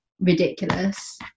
ridiculous